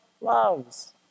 loves